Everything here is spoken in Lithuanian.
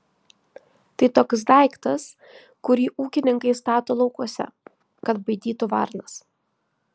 tai toks daiktas kurį ūkininkai stato laukuose kad baidytų varnas